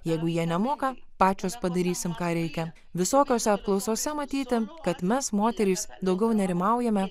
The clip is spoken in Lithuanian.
jeigu jie nemoka pačios padarysim ką reikia visokiose apklausose matyti kad mes moterys daugiau nerimaujame